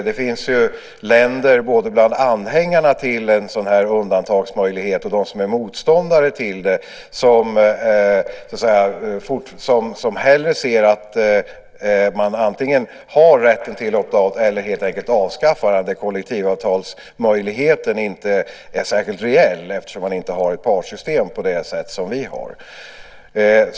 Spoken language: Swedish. Det finns ju länder bland både anhängarna till en sådan här undantagsmöjlighet och dem som är motståndare till det som hellre ser antingen att man har rätten till opt out eller att man helt enkelt avskaffar det här där kollektivavtalsmöjligheten inte är särskilt reell eftersom man inte har ett partssystem på det sätt som vi har.